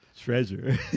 Treasure